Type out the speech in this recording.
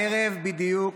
הערב בדיוק